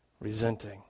resenting